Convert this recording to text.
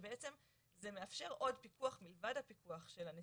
שבעצם זה מאפשר עוד פיקוח מלבד הפיקוח של הנציבות.